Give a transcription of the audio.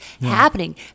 happening